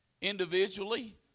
Individually